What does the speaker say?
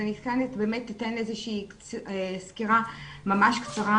אני באמת אתן איזושהי סקירה ממש קצרה